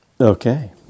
Okay